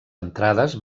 entrades